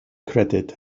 credyd